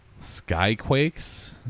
Skyquakes